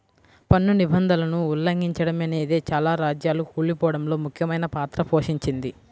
పన్ను నిబంధనలను ఉల్లంఘిచడమనేదే చాలా రాజ్యాలు కూలిపోడంలో ముఖ్యమైన పాత్ర పోషించింది